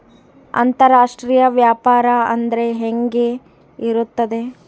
ಅಂತರಾಷ್ಟ್ರೇಯ ವ್ಯಾಪಾರ ಅಂದರೆ ಹೆಂಗೆ ಇರುತ್ತದೆ?